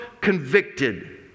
convicted